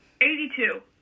Eighty-two